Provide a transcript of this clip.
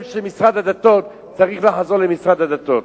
של משרד הדתות צריך לחזור למשרד הדתות.